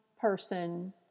person